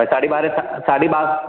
साढी ॿारहां साढी ॿारहां